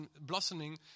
blossoming